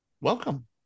Welcome